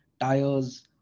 tires